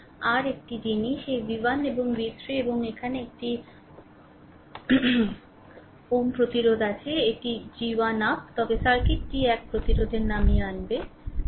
r একটি জিনিস এই v 1 এবং v 3 এবং এখানে একটি Ω প্রতিরোধ আছে এটি g 1 আপ তবে সার্কিটটি এক প্রতিরোধের নামিয়ে আনবে